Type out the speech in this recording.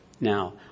Now